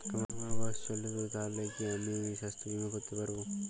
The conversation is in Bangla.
আমার বয়স চল্লিশ বছর তাহলে কি আমি সাস্থ্য বীমা করতে পারবো?